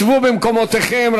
שבו במקומותיכם.